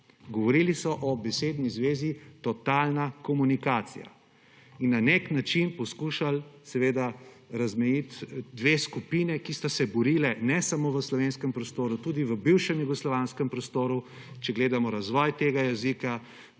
Govorili o besedni zvezi totalna komunikacija in na nek način poskušali seveda razmejiti dve skupini, ki sta se borili ne samo v slovenskem prostoru, tudi v bivšem jugoslovanskem prostoru, če gledamo razvoj tega jezika,